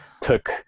took